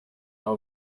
aho